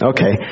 Okay